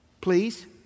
Please